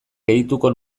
gehituko